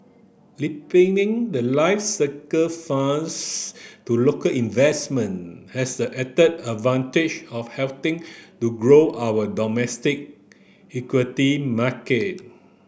the life cycle funds to local investment has the added advantage of helping to grow our domestic equity market